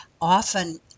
often